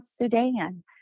Sudan